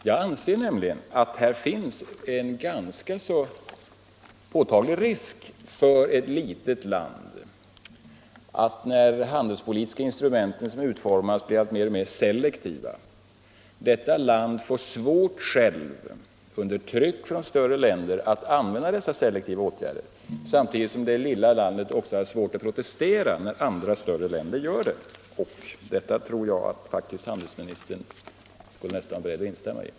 Här finns nämligen en ganska påtaglig risk för att när de handelspolitiska instrumenten blir mer och mer selektiva får ett litet land, under tryck från större länder, svårt att använda dessa selektiva åtgärder, samtidigt som det lilla landet har svårt att protestera när större länder tillämpar åtgärderna. Detta tror jag faktiskt att handelsministern nästan skulle vara beredd att instämma i.